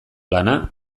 lana